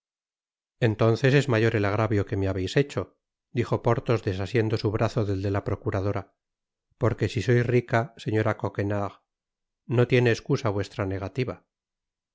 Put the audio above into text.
entonces es mayor el agravio que me habeis hecho dijo porthos desa siendo su brazo del de la procaradora porque si sois rica señora coquenard no tiene escusa vuestra negativa